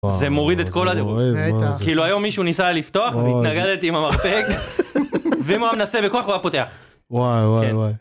זה מוריד את כל ה..., כאילו היום מישהו ניסה לפתוח והתנגדתי עם המרפק ואם הוא מנסה בכוח הוא יפותח. וואי וואי וואי